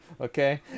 Okay